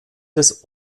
des